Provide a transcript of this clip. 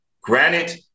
granite